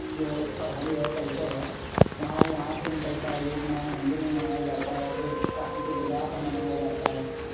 جو ہے ایک فرہنگ ہے کلچر ہے وہاں وہاں سے نکلتا ہے یوگ مایا مندر میں منایا جاتا ہے پھر کاکی کے درگاہ پر منایا جاتا ہے